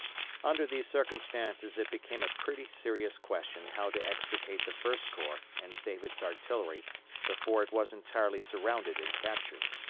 under these circumstances it became a pretty serious question how to extricate the first corps and save its artillery before it was entirely surrounded and captured.